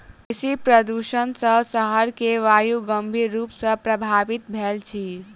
कृषि प्रदुषण सॅ शहर के वायु गंभीर रूप सॅ प्रभवित भेल अछि